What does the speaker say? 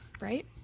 Right